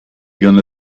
gonna